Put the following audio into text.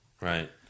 Right